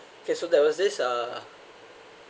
okay so there was this uh